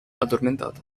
addormentata